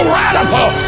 radical